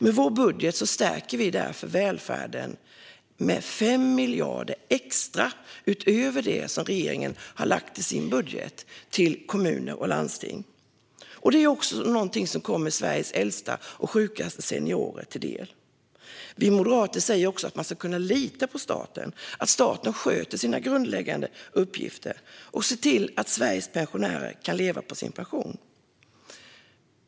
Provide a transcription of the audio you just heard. Med vår budget stärker vi därför välfärden med 5 miljarder extra till kommuner och landsting utöver det som regeringen har lagt fram i sin budget. Detta kommer också Sveriges sjukaste och äldsta seniorer till del. Vi moderater säger att man ska kunna lita på att staten sköter sina grundläggande uppgifter och ser till att Sveriges pensionärer kan leva på sin pension.